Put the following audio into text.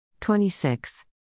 26